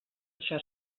això